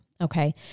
okay